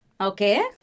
Okay